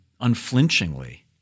unflinchingly